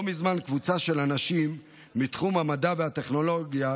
לא מזמן קבוצה של אנשים מתחום המדע והטכנולוגיה,